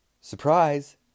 surprise